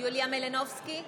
יוליה מלינובסקי,